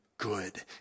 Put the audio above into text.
Good